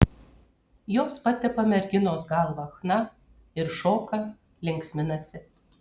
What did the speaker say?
jos patepa merginos galvą chna ir šoka linksminasi